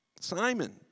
Simon